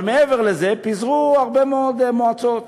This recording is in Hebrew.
אבל מעבר לזה, פיזרו הרבה מאוד מועצות.